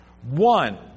One